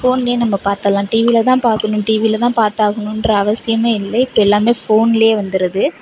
ஃபோன்லேயே நம்ம பாத்துடலாம் டிவியில் தான் பார்க்கணும் டிவியில் தான் பார்த்தாகணுன்ற அவசியம் இல்லை இப்போ எல்லாம் ஃபோன்லேயே வந்துடுது